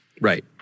Right